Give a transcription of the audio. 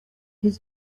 his